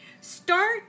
Start